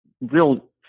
real